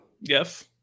yes